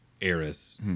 Eris